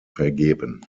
vergeben